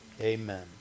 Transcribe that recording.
amen